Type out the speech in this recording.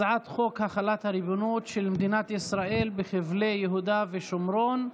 הצעת חוק החלת הריבונות של מדינת ישראל בחבלי יהודה ושומרון,